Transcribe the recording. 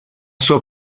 sua